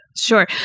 Sure